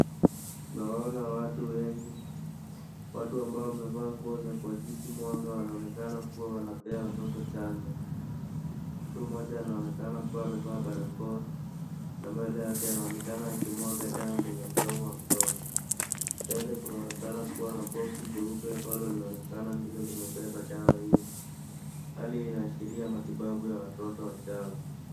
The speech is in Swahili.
Tunawaona watu wengi. Watu ambao wamevaa nguo za kuwakisi mwanga wanaoekana kuwa wanapea watoto chanjo. Mtu mmoja anaonekana kuwa amevaa barakoa, na mbele yake anaonekana akimwaga dawa kwenye mdomo wa mtoto. Mbele kunaonekana kuwa na boxi (Cs) jeupe ambalo linaonekana ndilo limebeba dawa hiyo. Hali hii inaashiria matibabu ya watoto wachanga.